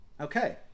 Okay